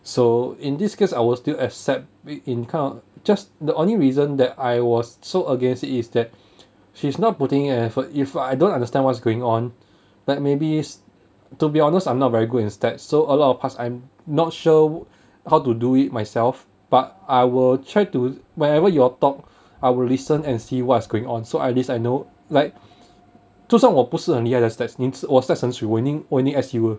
so in this case I will still accept it and king of just the only reason that I was so against is that she's not putting effort if I don't understand what's going on but maybe to be honest I'm not very good in stats so a lot of pass I'm not sure how to do it myself but I will try to wherever you all talk I will listen and see what's going on so at least I know like 就算我不是很厉害的 stats 你我 stats 很 cui 我一定我一定 S_U 的